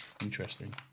Interesting